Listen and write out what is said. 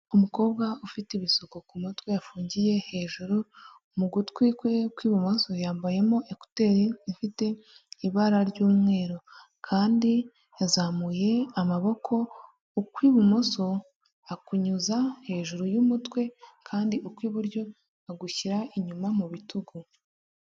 Umukobwa ufite ibisuko ku mutwe yafungiye hejuru mu gutwi kwe kw'ibumoso yambayemo ekuteri ifite ibara ry'umweru, kandi yazamuye amaboko ukw'ibumoso akunyuza hejuru y'umutwe kandi ukw'iburyo agushyira inyuma mu bitugu.